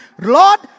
Lord